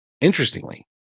Interestingly